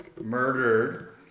murdered